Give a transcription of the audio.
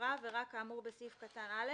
"(ב)נעברה עבירה כאמור בסעיף קטן (א),